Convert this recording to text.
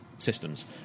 systems